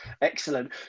Excellent